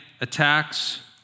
attacks